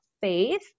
faith